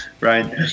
right